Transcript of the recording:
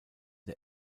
der